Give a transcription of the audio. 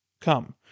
Come